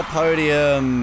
podium